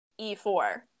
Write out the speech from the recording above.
E4